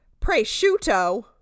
prosciutto